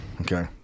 Okay